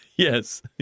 Yes